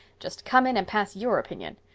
just come in and pass your opinion.